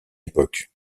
époque